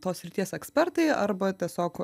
tos srities ekspertai arba tiesiog